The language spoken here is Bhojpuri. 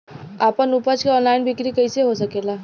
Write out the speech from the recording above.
आपन उपज क ऑनलाइन बिक्री कइसे हो सकेला?